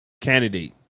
candidate